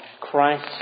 Christ